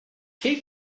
keep